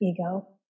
ego